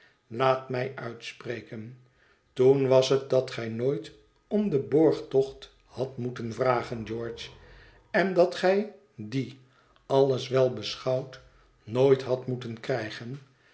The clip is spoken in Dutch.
laat mij uitspreken toen was het dat gij nooit om den borgtocht hadt moeten vragen george en dat gij dien alles wel beschouwd nooit hadt moeten krijgen